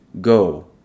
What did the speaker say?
go